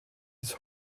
bis